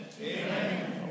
Amen